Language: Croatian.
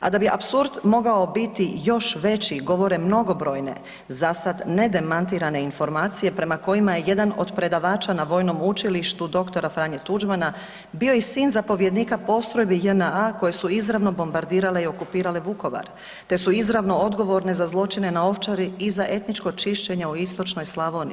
A da bi apsurd mogao biti još veći govore mnogobrojne zasad nedemantirane informacija prema kojima je jedan od predavača na Vojnom učilištu dr. Franje Tuđmana, bio i sin zapovjednika postrojbi JNA koji su izravno bombardirale i okupirale Vukovar te su izravno odgovorne za zločine na Ovčari i za etničko čišćenje u istočnoj Slavoniji.